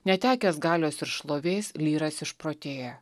netekęs galios ir šlovės lyras išprotėja